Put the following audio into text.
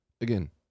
Again